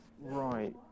Right